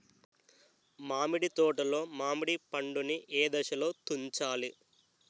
మామిడి తోటలో మామిడి పండు నీ ఏదశలో తుంచాలి?